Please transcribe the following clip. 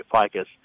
ficus